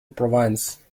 province